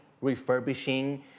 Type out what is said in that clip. refurbishing